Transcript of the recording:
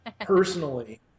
personally